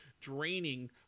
draining